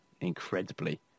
incredibly